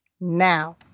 Now